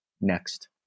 next